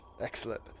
excellent